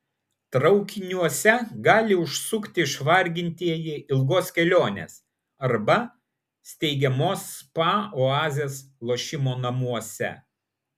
traukiniuose gali užsukti išvargintieji ilgos kelionės arba steigiamos spa oazės lošimo namuose